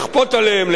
לאכוף עליהם,